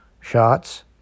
shots